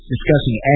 discussing